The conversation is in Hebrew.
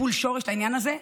טיפול שורש לעניין הזה.